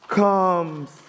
comes